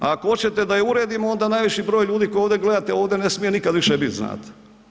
Ako hoćete da ju uredimo, onda najviši broj ljudi koji ovdje gledate ovdje ne smije nikad više bit, znate.